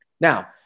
Now